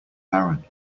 barren